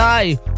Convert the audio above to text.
Die